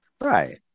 Right